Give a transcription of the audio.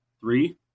Three